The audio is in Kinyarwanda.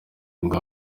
ngo